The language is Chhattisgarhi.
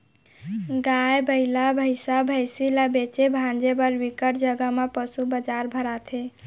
गाय, बइला, भइसा, भइसी ल बेचे भांजे बर बिकट जघा म पसू बजार भराथे